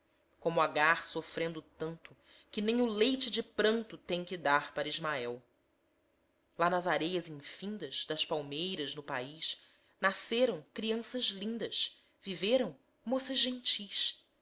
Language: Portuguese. como agar sofrendo tanto que nem o leite de pranto têm que dar para ismael lá nas areias infindas das palmeiras no país nasceram crianças lindas viveram moças gentis